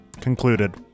Concluded